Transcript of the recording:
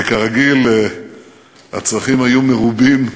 כרגיל, הצרכים היו מרובים,